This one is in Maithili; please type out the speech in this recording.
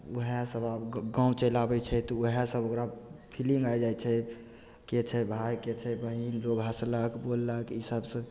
उएउएह सभ ओकरा फीलिंग आइ जाइ छैके छै भायके छै बहिन लोग हँसलक बोललक ई सभसँ